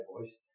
voice